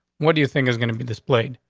what do you think is gonna be displayed?